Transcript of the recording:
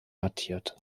datiert